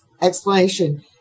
explanation